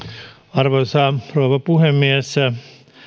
arvoisa rouva puhemies